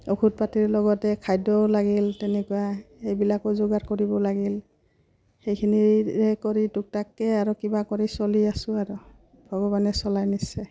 ঔষধ পাতিৰ লগতে খাদ্যও লাগিল তেনেকুৱা সেইবিলাকো যোগাৰ কৰিব লাগিল সেইখিনিৰে কৰি টুকটাককৈ আৰু কিবা কৰি চলি আছো আৰু ভগৱানে চলাই নিছে